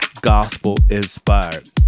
gospel-inspired